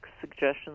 suggestions